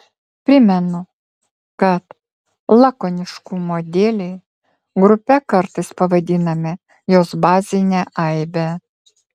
primenu kad lakoniškumo dėlei grupe kartais pavadiname jos bazinę aibę